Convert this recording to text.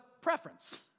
preference